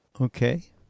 Okay